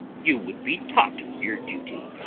you would be taught your duty.